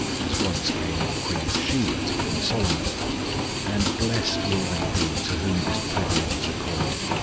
as once came the queen of sheba to king solomon and blessed will they be to whom this privilege is accorded.